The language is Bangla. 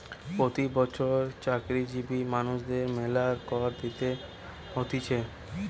প্রতি বছর চাকরিজীবী মানুষদের মেলা কর দিতে হতিছে